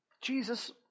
Jesus